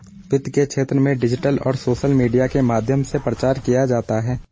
वित्त के क्षेत्र में डिजिटल और सोशल मीडिया के माध्यम से प्रचार किया जाता है